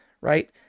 right